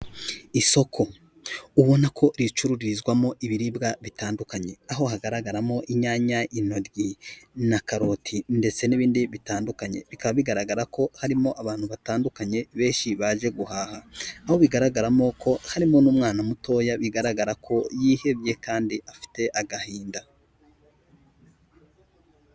Isoko ubona ko ricururizwamo ibiribwa bitandukanye, aho hagaragaramo inyanya, intoryi, na karoti ndetse n'ibindi bitandukanye, bikaba bigaragara ko harimo abantu batandukanye benshi baje guhaha aho bigaragaramo ko harimo n'umwana mutoya bigaragara ko yihebye kandi afite agahinda.